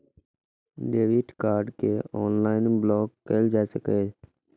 debit card कें online block कैल जा सकैए